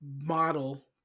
model